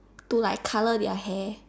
to like color their hair